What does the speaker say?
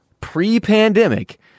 pre-pandemic